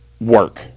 work